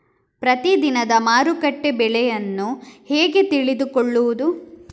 ಪ್ರತಿದಿನದ ಮಾರುಕಟ್ಟೆ ಬೆಲೆಯನ್ನು ಹೇಗೆ ತಿಳಿದುಕೊಳ್ಳುವುದು?